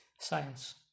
Science